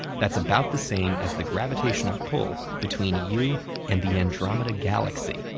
that's about the same as the gravitational pull between you and the andromeda galaxy,